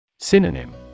Synonym